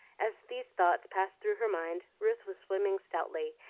as these thoughts passed through her mind ruth was swimming stoutly,